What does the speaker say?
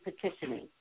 petitioning